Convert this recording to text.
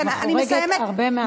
את חורגת בהרבה מהזמן.